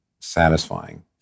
satisfying